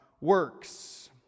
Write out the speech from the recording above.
works